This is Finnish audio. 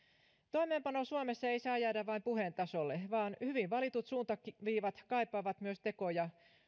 toimeenpano suomessa ei saa jäädä vain puheen tasolle vaan hyvin valitut suuntaviivat kaipaavat myös tekoja